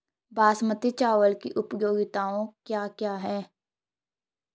बासमती चावल की उपयोगिताओं क्या क्या हैं?